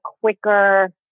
quicker